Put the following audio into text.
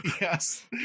yes